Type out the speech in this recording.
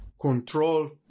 control